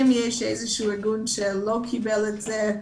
אם יש איזשהו ארגון שלא קיבל את זה,